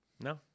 No